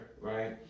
right